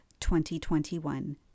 2021